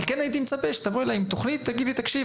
אבל כן הייתי מצפה שתבוא אלי עם תכנית תגיד לי 'תקשיב,